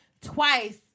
twice